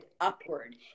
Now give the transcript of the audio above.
upward